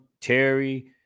terry